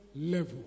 level